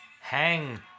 Hang